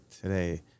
today